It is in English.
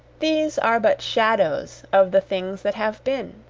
these are but shadows of the things that have been,